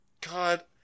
God